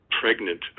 pregnant